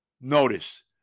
notice